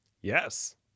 Yes